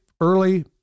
early